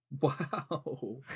wow